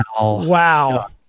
wow